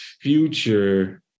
future